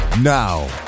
Now